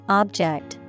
object